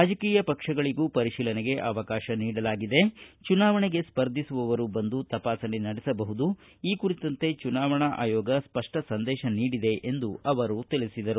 ರಾಜಕೀಯ ಪಕ್ಷಗಳಗೂ ಪರಿಶೀಲನೆಗೆ ಅವಕಾಶ ನೀಡಲಾಗಿದೆ ಚುನಾವಣೆಗೆ ಸ್ಪರ್ಧಿಸುವವರು ಬಂದು ತಪಾಸಣೆ ನಡೆಸಬಹುದು ಈ ಕುರಿತಂತೆ ಚುನಾವಣಾ ಆಯೋಗ ಸ್ಪಷ್ಟ ಸಂದೇಶ ನೀಡಿದೆ ಎಂದು ತಿಳಿಸಿದರು